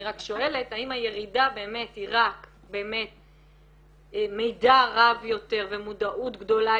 אני רק שואלת האם הירידה באמת היא רק מידע רב יותר ומודעות גדולה